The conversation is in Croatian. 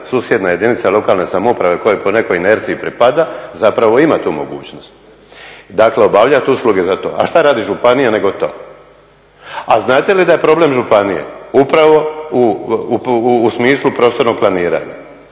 susjedna jedinice lokalne samouprave kojoj po nekoj inerciji pripada ima tu mogućnost, dakle obavljati usluge za to. A šta radi županija nego to. A znate li da je problem županije upravo u smislu prostornog planiranja